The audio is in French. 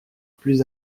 plus